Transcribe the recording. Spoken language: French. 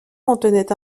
contenait